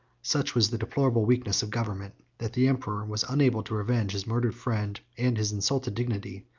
such was the deplorable weakness of government, that the emperor was unable to revenge his murdered friend and his insulted dignity,